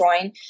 join